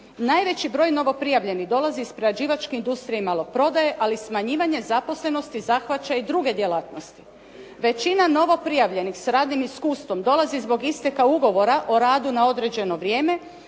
Najveći broj novoprijavljenih dolazi iz prerađivačke industrije i maloprodaje, ali smanjivanje zaposlenosti zahvaća i druge djelatnosti. Većina novoprijavljenih s radnim iskustvom dolazi zbog isteka ugovora o radu na određeno vrijeme,